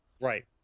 Right